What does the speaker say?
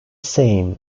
same